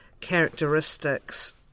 characteristics